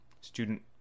student